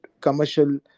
commercial